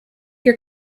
your